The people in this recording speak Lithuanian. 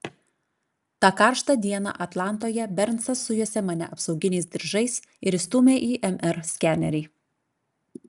tą karštą dieną atlantoje bernsas sujuosė mane apsauginiais diržais ir įstūmė į mr skenerį